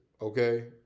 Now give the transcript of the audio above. okay